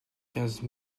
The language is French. quinze